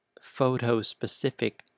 photo-specific